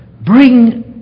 Bring